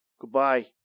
Goodbye